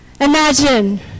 Imagine